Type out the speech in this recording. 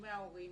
בתשלומי ההורים.